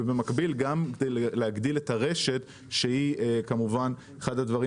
ובמקביל גם להגדיל את הרשת שהיא כמובן אחד הדברים